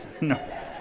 No